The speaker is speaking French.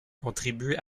contribue